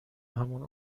همون